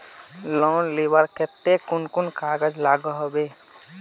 Loan लुबार केते कुन कुन कागज लागोहो होबे?